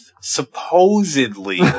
supposedly